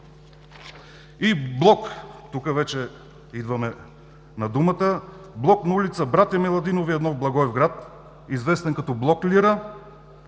И блок, тук вече идваме на думата, на ул. „Братя Миладинови“ № 1 в Благоевград, известен като блок „Лира“,